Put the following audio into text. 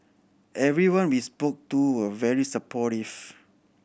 everyone we spoke to were very supportive